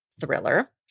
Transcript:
thriller